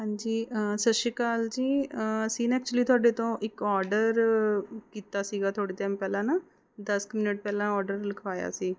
ਹਾਂਜੀ ਸਤਿ ਸ਼੍ਰੀ ਅਕਾਲ ਜੀ ਅਸੀਂ ਨਾ ਐਕਚੁਲੀ ਤੁਹਾਡੇ ਤੋਂ ਇੱਕ ਔਡਰ ਕੀਤਾ ਸੀਗਾ ਥੋੜ੍ਹੇ ਟਾਇਮ ਪਹਿਲਾਂ ਨਾ ਦਸ ਕੁ ਮਿੰਟ ਪਹਿਲਾਂ ਔਡਰ ਲਿਖਵਾਇਆ ਸੀ